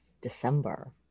December